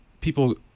people